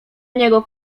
niego